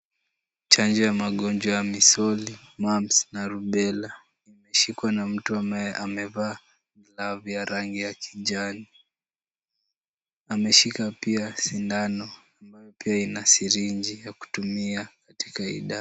Chanjo ya magonjwa ya misoli, mumps na rubela, imeshikwa na mtu ambaye amevaa glavu ya rangi ya kijani. Ameshika pia sindano ambayo pia ina sirinji ya kutumia katika hii dawa.